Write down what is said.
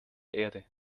erde